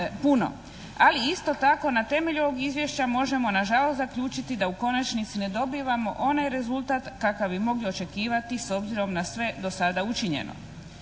ali isto tako na temelju ovog izvješća možemo na žalost zaključiti da u konačnici ne dobivamo onaj rezultat kakav bi mogli očekivati s obzirom na sve do sada učinjeno